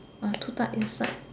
ah two duck inside